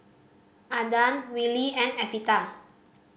Adan Willie and Evita